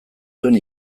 zuen